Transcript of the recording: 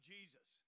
Jesus